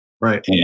Right